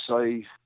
say